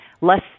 less